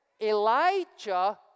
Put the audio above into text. Elijah